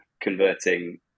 converting